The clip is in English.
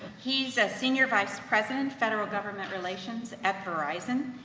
he's a senior vice president, federal government relations at verizon.